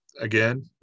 again